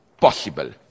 Possible